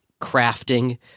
crafting